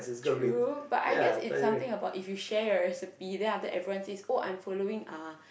true but I guess it's something about if you share your recipe then after that everyone says oh that I'm following uh